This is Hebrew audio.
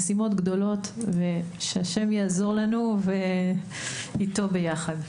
משימות גדולות ושה' יעזור לנו ואיתו ביחד.